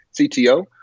CTO